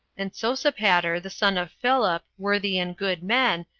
and sosipater, the son of philip, worthy and good men,